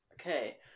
Okay